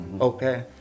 okay